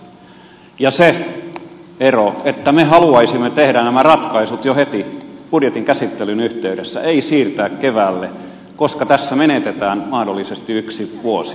on myös se ero että me haluaisimme tehdä nämä ratkaisut jo heti budjetin käsittelyn yhteydessä emme siirtää keväälle koska tässä menetetään mahdollisesti yksi vuosi